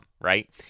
right